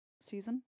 season